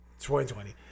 2020